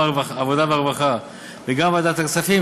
גם העבודה הרווחה וגם ועדת הכספים,